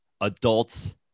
adults